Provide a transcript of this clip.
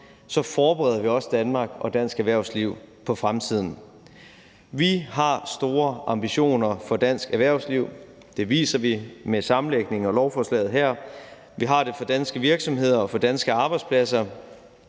så forbereder vi også Danmark og dansk erhvervsliv på fremtiden. Vi har store ambitioner for dansk erhvervsliv. Det viser vi med sammenlægningen og lovforslaget her. Vi har det for danske virksomheder og for danske arbejdspladser.